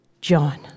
John